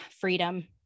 freedom